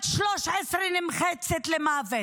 בת 13 נמחצת למוות,